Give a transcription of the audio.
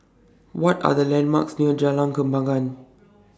What Are The landmarks near Jalan Kembangan